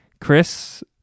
chris